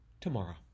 tomorrow